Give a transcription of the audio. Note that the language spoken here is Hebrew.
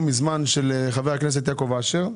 לא מזמן עבר חוק של חבר הכנסת יעקב אשר,